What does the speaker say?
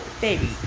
baby